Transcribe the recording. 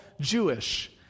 Jewish